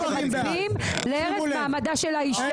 אתם מצביעים להרס מעמדה של האישה.